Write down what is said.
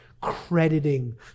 crediting